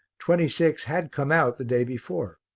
twenty-six had come out the day before.